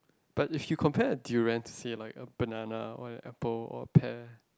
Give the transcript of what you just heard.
but if you compare a durian say like a banana or an apple or pair